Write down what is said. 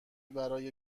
برای